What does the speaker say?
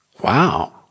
wow